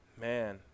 Man